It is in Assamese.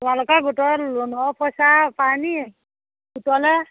তোমালোকৰ গোটৰ ল'নৰ পইচা পায় নি সুতলৈ